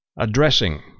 addressing